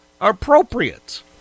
appropriate